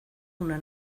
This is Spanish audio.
una